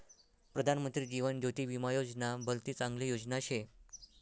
प्रधानमंत्री जीवन ज्योती विमा योजना भलती चांगली योजना शे